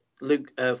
Luke